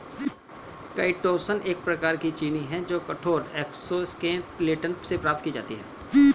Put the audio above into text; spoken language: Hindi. काईटोसन एक प्रकार की चीनी है जो कठोर एक्सोस्केलेटन से प्राप्त की जाती है